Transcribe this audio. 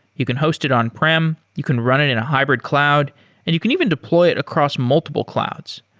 you can host it on-prem, you can run it in a hybrid cloud and you can even deploy it across multiple clouds.